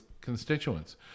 constituents